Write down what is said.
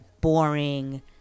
boring